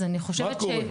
אז אני חושבת --- מה קורה?